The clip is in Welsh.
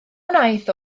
wnaeth